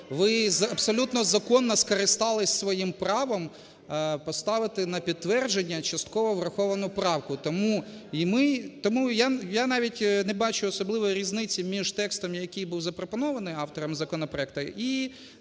Ви абсолютно законно скористались своїм правом поставити на підтвердження частково враховану правку. Тому я навіть не бачу особливої різниці між текстом, який був запропонований авторами законопроекту,